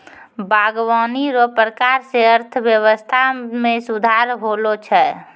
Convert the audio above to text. बागवानी रो प्रकार से अर्थव्यबस्था मे सुधार होलो छै